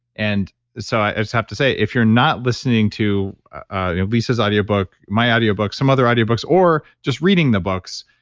and so i just have to say, if you're not listening to and lisa's audio book, my audio book, some other audio books or just reading the books,